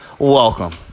Welcome